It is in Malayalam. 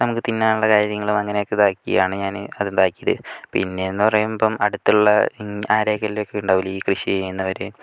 നമുക്ക് തിന്നാനുള്ള കാര്യങ്ങളും അങ്ങനെയൊക്കെ ഇതാക്കി ആണ് ഞാൻ അത് ഉണ്ടാക്കിയത് പിന്നെ എന്ന് പറയുമ്പോൾ അടുത്തുള്ള ആരെങ്കിലും ഒക്കെ ഉണ്ടാവില്ലേ ഈ കൃഷി ചെയ്യുന്നവർ